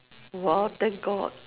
!wow! thank god